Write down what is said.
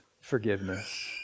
forgiveness